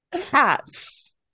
Cats